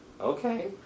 Okay